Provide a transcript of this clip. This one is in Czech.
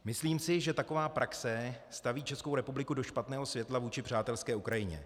Myslím si, že taková praxe staví Českou republiku do špatného světla vůči přátelské Ukrajině.